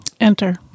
Enter